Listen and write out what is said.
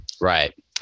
Right